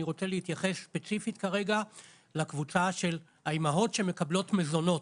אני רוצה להתייחס ספציפית כרגע לקבוצה של האימהות שמקבלות מזונות,